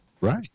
Right